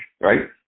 right